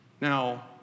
Now